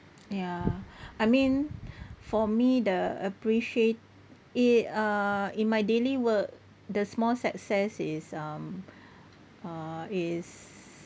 ya I mean for me the appreciate it uh in my daily work the small success is um uh is